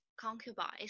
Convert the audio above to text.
concubines